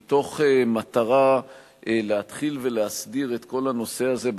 במטרה להתחיל להסדיר את כל הנושא הזה,